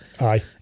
Aye